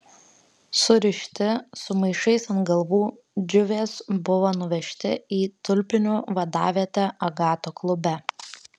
surišti su maišais ant galvų džiuvės buvo nuvežti į tulpinių vadavietę agato klube